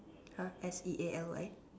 !huh! S E A L Y